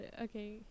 okay